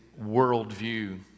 worldview